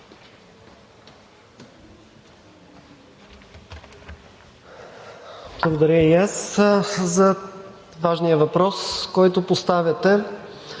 Благодаря и аз за важния въпрос, който поставяте.